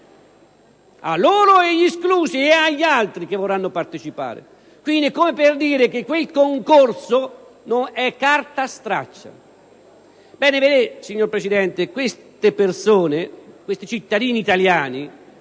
a loro, agli esclusi e a tutti gli altri che vorranno parteciparvi, come a dire che quel concorso è carta straccia. Ebbene, signor Presidente, queste persone, questi cittadini italiani,